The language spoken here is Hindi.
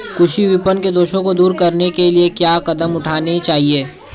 कृषि विपणन के दोषों को दूर करने के लिए क्या कदम उठाने चाहिए?